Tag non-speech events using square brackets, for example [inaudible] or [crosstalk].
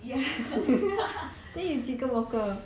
ya [laughs]